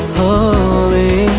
holy